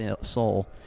soul